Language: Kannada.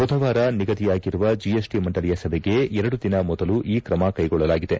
ಬುಧವಾರ ನಿಗದಿಯಾಗಿರುವ ಜಿಎಸ್ಟಿ ಮಂಡಳಿಯ ಸಭೆಗೆ ಎರಡು ದಿನ ಮೊದಲು ಈ ತ್ರಮ ಕ್ಷೆಗೊಳ್ಳಲಾಗಿದೆ